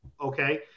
okay